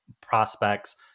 prospects